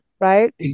right